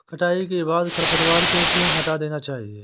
कटाई के बाद खरपतवार को क्यो हटा देना चाहिए?